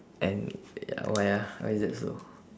and ya why ah why is that so